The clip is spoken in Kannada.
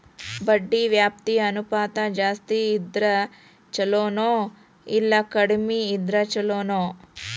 ಬಡ್ಡಿ ವ್ಯಾಪ್ತಿ ಅನುಪಾತ ಜಾಸ್ತಿ ಇದ್ರ ಛಲೊನೊ, ಇಲ್ಲಾ ಕಡ್ಮಿ ಇದ್ರ ಛಲೊನೊ?